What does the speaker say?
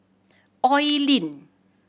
Oi Lin